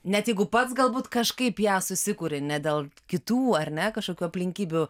net jeigu pats galbūt kažkaip ją susikuri ne dėl kitų ar ne kažkokių aplinkybių